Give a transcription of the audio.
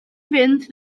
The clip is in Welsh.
fynd